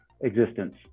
existence